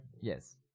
Yes